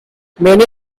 many